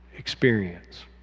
experience